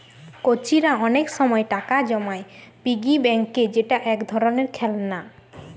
কচিরা অনেক সময় টাকা জমায় পিগি ব্যাংকে যেটা এক ধরণের খেলনা